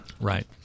Right